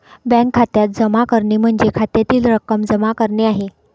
bank खात्यात जमा करणे म्हणजे खात्यातील रक्कम जमा करणे आहे